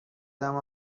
اما